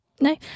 no